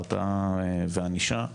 הרתעה וענישה.